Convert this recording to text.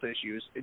issues